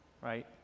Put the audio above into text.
right